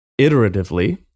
iteratively